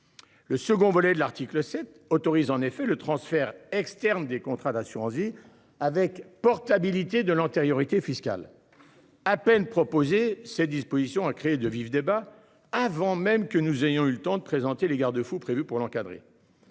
Le second volet de l'article sept autorise en effet le transfert externes des contrats d'assurance-vie avec portabilité de l'antériorité fiscale. À peine. Ses dispositions, a créé de vifs débats avant même que nous ayons eu le temps de présenter les garde-fous prévus pour l'encadrer.